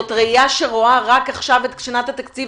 זאת ראייה שרואה רק עכשיו את שנת התקציב